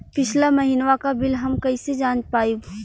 पिछला महिनवा क बिल हम कईसे जान पाइब?